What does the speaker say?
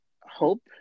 hope